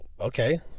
Okay